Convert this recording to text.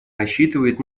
рассчитывает